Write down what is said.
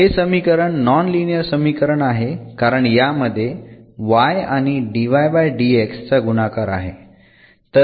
हे समीकरण non linear समीकरण आहे कारण यामध्ये y आणि चा गुणाकार आहे